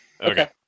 Okay